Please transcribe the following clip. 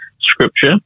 scripture